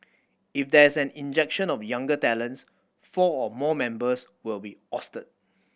if there is an injection of younger talents four or more members will be ousted